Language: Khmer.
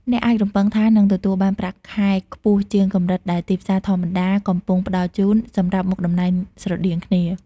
អ្នកអាចរំពឹងថានឹងទទួលបានប្រាក់ខែខ្ពស់ជាងកម្រិតដែលទីផ្សារធម្មតាកំពុងផ្តល់ជូនសម្រាប់មុខតំណែងស្រដៀងគ្នា។